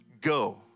go